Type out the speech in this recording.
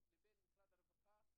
ובתי האחת כבר גם כן פרשה.